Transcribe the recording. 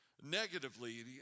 negatively